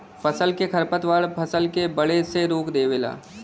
फसल क खरपतवार फसल के बढ़े से रोक देवेला